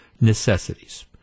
necessities